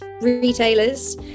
retailers